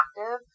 active